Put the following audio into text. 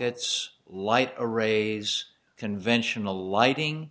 ets light arrays conventional lighting